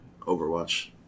Overwatch